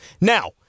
Now